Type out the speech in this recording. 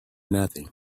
nothing